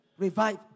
Revive